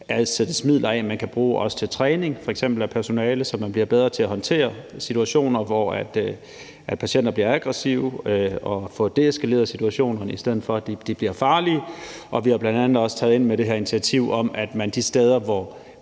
afsættes midler, der kan bruges på træning, f.eks. af personalet, så man bliver bedre til at håndtere situationer, hvor patienter bliver aggressive, og få deeskaleret situationen, i stedet for at de bliver farlige. Vi har bl.a. sat ind med det her initiativ om, at man de steder, hvor